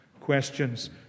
questions